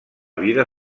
vida